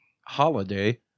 holiday